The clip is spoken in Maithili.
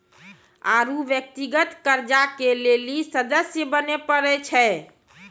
आरु व्यक्तिगत कर्जा के लेली सदस्य बने परै छै